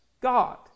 God